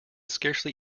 scarcely